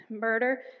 murder